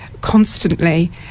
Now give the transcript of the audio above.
constantly